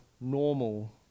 normal